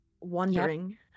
wondering